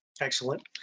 Excellent